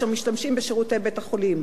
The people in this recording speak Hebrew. אשר משתמשים בשירותי בית-החולים,